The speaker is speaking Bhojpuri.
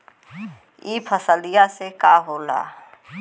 ई फसलिया से का होला?